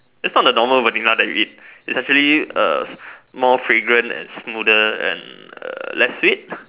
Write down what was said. it's not the normal Vanilla that you eat it's actually err more fragrant and smoother and err less sweet